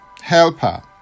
helper